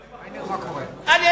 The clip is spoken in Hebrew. א.